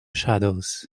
shadows